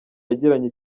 yagiranye